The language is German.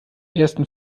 ersten